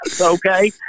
okay